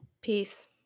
Peace